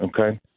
Okay